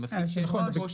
אני מסכים שיש כאן קושי.